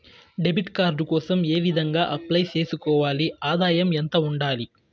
Debit card కోసం ఏ విధంగా అప్లై సేసుకోవాలి? ఆదాయం ఎంత ఉండాలి?